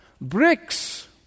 bricks